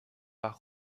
par